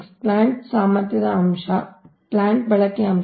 6 plant ಸಾಮರ್ಥ್ಯದ ಅಂಶ ಮತ್ತು ಪ್ಲಾಂಟ್ ಬಳಕೆಯ ಅಂಶವು ಕ್ರಮವಾಗಿ 0